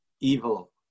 evil